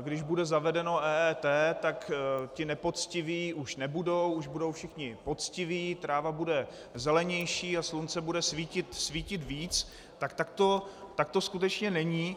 když bude zavedeno EET, tak ti nepoctiví už nebudou, už budou všichni poctiví, tráva bude zelenější a slunce bude svítit víc, tak to skutečně není.